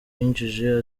yinjiye